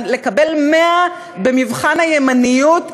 לקבל 100 במבחן הימניות,